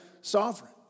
sovereign